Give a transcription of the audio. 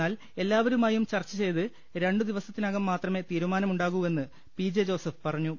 എന്നാൽ എല്ലാവരുമായും ചർച്ച ചെയ്ത് രണ്ടുദിവസത്തിനകം മാത്രമേ തീരുമാനമുണ്ടാകൂവെന്ന് പി ജെ ജോസഫ് പറഞ്ഞു